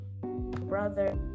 brother